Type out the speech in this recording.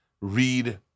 read